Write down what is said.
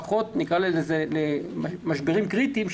לפחות למשברים קריטיים,